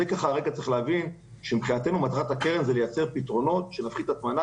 צריך להבין שמבחינתנו מטרת הקרן היא לייצר פתרונות כדי להפחית הטמנה